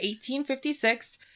1856